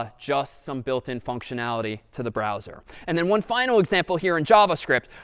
ah just some built-in functionality to the browser. and then one final example here in javascript.